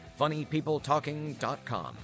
funnypeopletalking.com